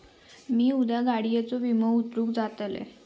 मी उद्या गाडीयेचो विमो उतरवूक जातलंय